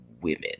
women